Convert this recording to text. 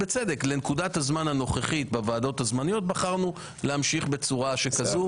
לנקודת הזמן הנוכחית בוועדות הזמניות בחרנו להמשיך בצורה שכזאת.